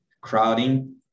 crowding